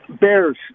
bears